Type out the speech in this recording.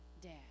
dad